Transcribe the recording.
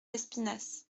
lespinasse